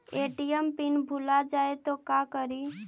ATM PIN भुला जाए तो का करी?